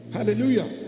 Hallelujah